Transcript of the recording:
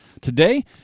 Today